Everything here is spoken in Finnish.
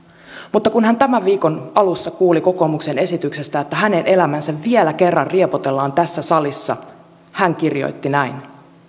mutta kun hän tämän viikon alussa kuuli kokoomuksen esityksestä että hänen elämänsä vielä kerran riepotellaan tässä salissa hän kirjoitti näin